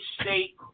state